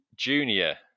junior